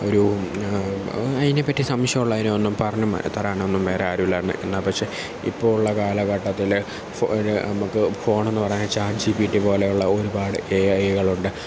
ഒരു അതിനെപ്പറ്റി സംശയമുള്ളതിനൊന്നും പറഞ്ഞ് തരാനൊന്നും വേറെ ആരുമില്ലായിരുന്നു എന്നാൽ പക്ഷേ ഇപ്പോൾ ഉള്ള കാലഘട്ടത്തിൽ ഫോ നമുക്ക് ഫോണെന്ന് പറഞ്ഞാൽ ചാറ്റ് ജിപിടി പോലെയുള്ള ഒരുപാട് എ ഐകളുണ്ട്